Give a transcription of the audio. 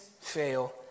fail